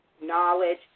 knowledge